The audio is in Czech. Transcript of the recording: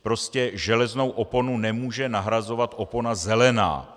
Prostě železnou oponu nemůže nahrazovat opona zelená.